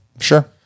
sure